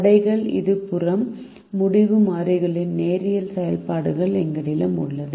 தடைகள் 'இடது புறம் முடிவு மாறிகளின் நேரியல் செயல்பாடுகள் எங்களிடம் உள்ளன